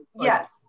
Yes